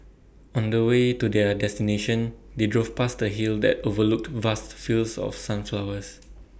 on the way to their destination they drove past A hill that overlooked vast fields of sunflowers